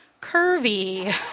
Curvy